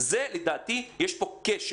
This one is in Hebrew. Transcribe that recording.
לדעתי יש פה כשל.